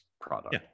product